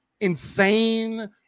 insane